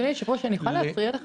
אדוני היושב-ראש, אני יכולה להפריע לך?